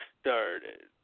started